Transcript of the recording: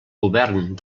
govern